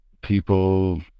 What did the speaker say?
people